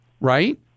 right